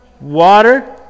water